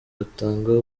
batanga